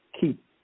keep